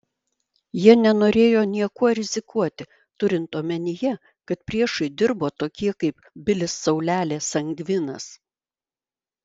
jie nenorėjo niekuo rizikuoti turint omenyje kad priešui dirbo tokie kaip bilis saulelė sangvinas